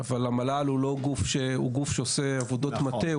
אבל המל"ל הוא גוף שעושה עבודות מטה,